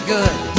good